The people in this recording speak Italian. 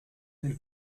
nel